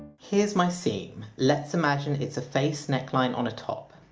here's my seam let's imagine it's a faced neckline on a top.